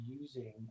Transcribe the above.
using